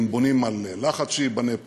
הם בונים על לחץ שייבנה פה.